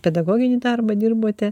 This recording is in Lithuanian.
pedagoginį darbą dirbote